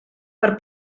per